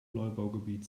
neubaugebiet